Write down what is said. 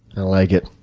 i like it.